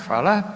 Hvala.